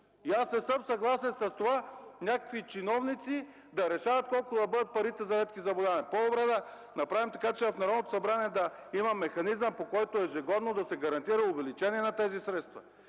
И аз не съм съгласен с това някакви чиновници да решават колко да бъдат парите за редки заболявания. По-добре да направим така, че в Народното събрание да има механизъм, по който ежегодно да се гарантира увеличение на тези средства.